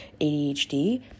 ADHD